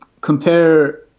compare